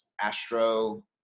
astro